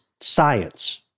science